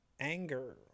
Anger